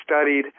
studied